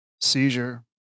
seizure